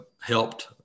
helped